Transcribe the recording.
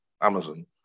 Amazon